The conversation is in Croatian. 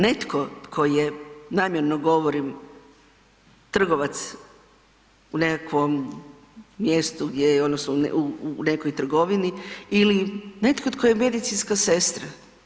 Netko tko je, namjerno govorim, trgovac u nekakvom mjestu gdje je odnosno u nekoj trgovini ili netko tko je medicinska sestra.